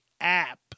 app